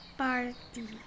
party